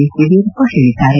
S Yediyurappa ಹೇಳಿದ್ದಾರೆ